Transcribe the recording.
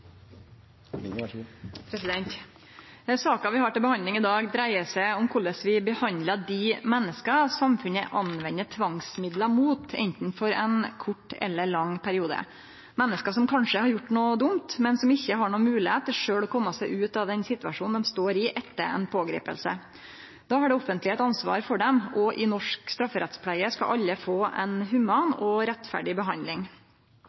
vi har til behandling i dag, dreiar seg om korleis vi behandlar dei menneska samfunnet anvender tvangsmiddel mot, for anten ein kort eller ein lang periode, menneske som kanskje har gjort noko dumt, men som ikkje har nokon moglegheit til å kome seg ut av den situasjonen dei står i etter ei pågriping. Då har det offentlege eit ansvar for dei, og i norsk strafferettspleie skal alle få ei human og rettferdig behandling.